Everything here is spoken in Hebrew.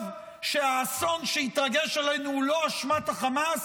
שהאסון שהתרגש עלינו הוא לא באשמת החמאס,